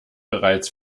bereits